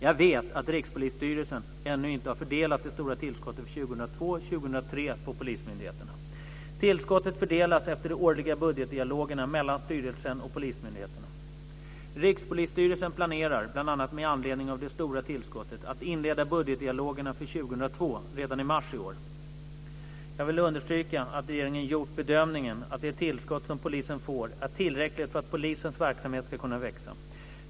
Jag vet att Rikspolisstyrelsen ännu inte har fördelat det stora tillskottet för 2002 och 2003 på polismyndigheterna. Tillskottet fördelas efter de årliga budgetdialogerna mellan styrelsen och polismyndigheterna. Rikspolisstyrelsen planerar, bl.a. med anledning av det stora tillskottet, att inleda budgetdialogerna för 2002 redan i mars i år. Jag vill understryka att regeringen gjort bedömningen att det tillskott som polisen får är tillräckligt för att polisens verksamhet ska kunna växa.